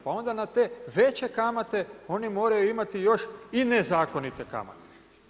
Pa onda te veće kamate oni moraju imati još i nezakonite kamate.